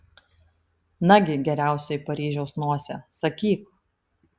nagi geriausioji paryžiaus nosie sakyk